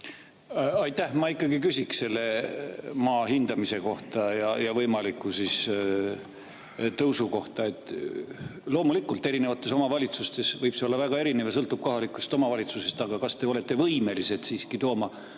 Ma ikkagi küsin selle maa hindamise kohta ja [maamaksu] võimaliku tõusu kohta. Loomulikult, erinevates omavalitsustes võib see olla väga erinev, kõik sõltub kohalikust omavalitsusest. Aga kas te olete võimeline siiski tooma mõnda